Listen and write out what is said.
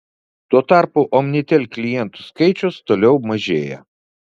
tuo tarpu omnitel klientų skaičius toliau mažėja